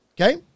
Okay